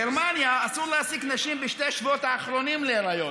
בגרמניה אסור להעסיק נשים בשני השבועות האחרונים להיריון,